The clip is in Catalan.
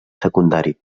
secundari